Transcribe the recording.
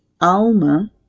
Alma